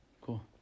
cool